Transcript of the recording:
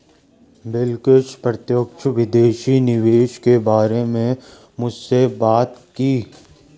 बिलकिश प्रत्यक्ष विदेशी निवेश के बारे में मुझसे बात की